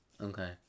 okay